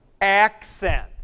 accent